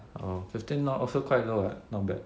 orh fifteen not also quite low [what] not bad